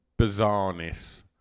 bizarreness